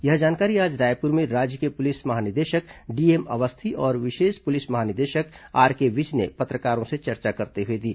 यह जानकारी आज रायपुर में राज्य के पुलिस महानिदेशक डीएम अवस्थी और विशेष पुलिस महानिदेशक आरके विज ने पत्रकारों से चर्चा करते हए दी